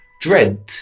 dread